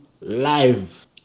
live